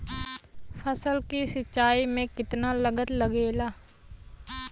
फसल की सिंचाई में कितना लागत लागेला?